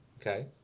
Okay